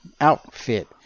Outfit